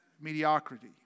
Mediocrity